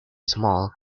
small